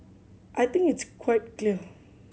I think it's quite clear